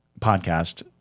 podcast